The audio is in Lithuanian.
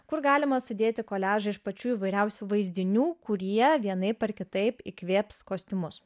kur galima sudėti koliažą iš pačių įvairiausių vaizdinių kurie vienaip ar kitaip įkvėps kostiumus